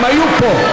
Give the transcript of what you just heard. הם היו פה.